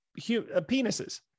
penises